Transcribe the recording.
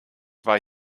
war